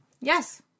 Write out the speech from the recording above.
Yes